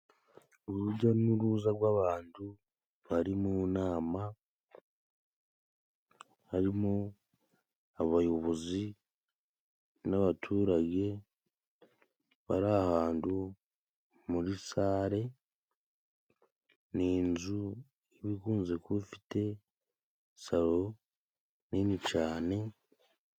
Urujya n'uruza rw'abandu bari mu inama ,barimo :abayobozi , n'abaturage bari ahandu muri sare ,ni inzu iba ikunze kuba ifite saro nini cane.